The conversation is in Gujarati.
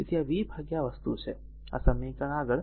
તેથી તે v આ વસ્તુ છે આ સમીકરણ આગળ